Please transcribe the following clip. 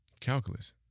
Calculus